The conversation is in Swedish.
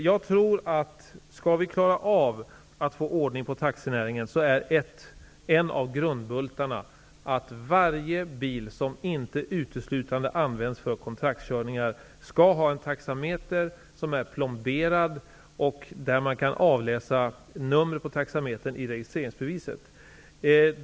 Jag tror att en av grundbultarna för att vi skall få ordning på taxinäringen är att varje bil som inte uteslutande används för kontraktskörningar skall ha en taxameter som är plomberad, och man skall kunna avläsa numret på taxametern i registreringsbeviset.